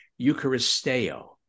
Eucharisteo